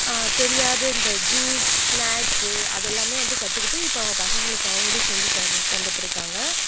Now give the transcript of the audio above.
தெரியாத இந்த juice snacks அதெல்லாமே வந்து கற்றுக்கிட்டு இப்போ அவங்க பசங்களுக்கு அவங்களும் செஞ்சுத்தரு தந்துகிட்ருக்காங்க